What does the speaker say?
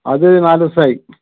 അത് നാലൂസായി